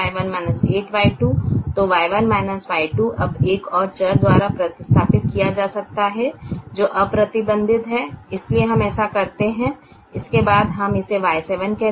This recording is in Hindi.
तो Y1 Y2 अब एक और चर द्वारा प्रतिस्थापित किया जा सकता है जो अप्रतिबंधित है इसलिए हम ऐसा करते हैं इसके बाद हम इसे Y7 कहते हैं